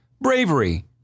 bravery